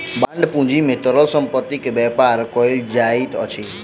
bond पूंजी में तरल संपत्ति के व्यापार कयल जाइत अछि